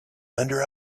under